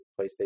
PlayStation